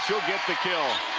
she'll get the kill.